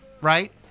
Right